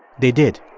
they did